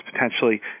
potentially